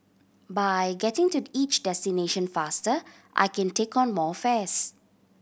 by getting to each destination faster I can take on more fares